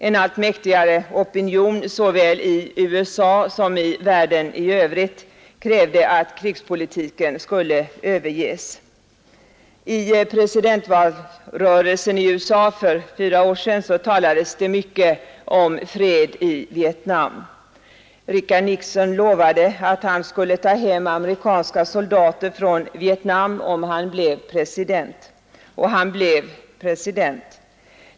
En allt mäktigare opinion såväl i USA som i världen i övrigt Tisdagen den krävde att krigspolitiken skulle överges. 18 april 1972 I presidentvalrörelsen i USA för fyra år sedan talades det mycket om fred i Vietnam. Richard Nixon lovade att han skulle ta hem amerikanska soldater från Vietnam om han blev president. Och han blev president.